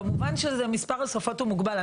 כמובן שמספר השפות מוגבל.